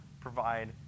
provide